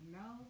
no